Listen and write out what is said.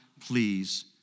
please